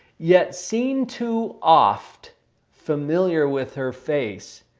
yet seen too oft familiar with her face,